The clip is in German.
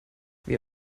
wir